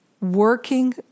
Working